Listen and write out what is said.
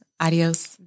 Adios